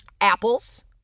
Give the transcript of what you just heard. Apples